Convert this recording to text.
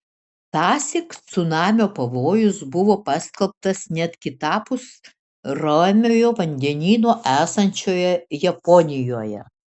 tąsyk cunamio pavojus buvo paskelbtas net kitapus ramiojo vandenyno esančioje japonijoje